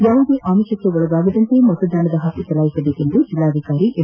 ಯಾವುದೇ ಅಮಿಷಕ್ಕೆ ಒಳಗಾಗದಂತೆ ಮತದಾನದ ಹಕ್ಕು ಚಲಾಯಿಸುವಂತೆ ಜಿಲ್ಲಾಧಿಕಾರಿ ಎಂ